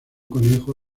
conejo